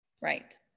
Right